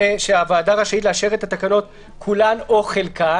אם הייתי יודע לקרוא לעבירה כזו על אלף,